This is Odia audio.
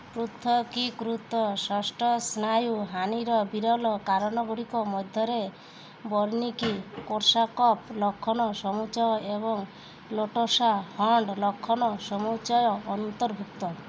ପୃଥକୀକୃତ ଷଷ୍ଠ ସ୍ନାୟୁ ହାନିର ବିରଳ କାରଣ ଗୁଡ଼ିକ ମଧ୍ୟରେ ୱେର୍ଣ୍ଣିକି କୋର୍ସାକଫ୍ ଲକ୍ଷଣ ସମୁଚ୍ଚୟ ଏବଂ ଲୋଟସା ହଣ୍ଟ୍ ଲକ୍ଷଣ ସମୁଚ୍ଚୟ ଅନ୍ତର୍ଭୁକ୍ତ